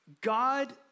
God